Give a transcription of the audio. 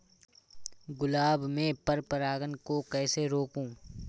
गुलाब में पर परागन को कैसे रोकुं?